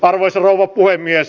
arvoisa rouva puhemies